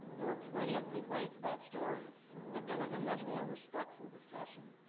there were plenty of complaints about stories but there was a much more respectful discussion.